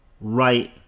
right